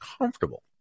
comfortable